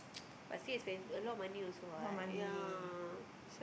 bust still expensive alot of money also [what] yeah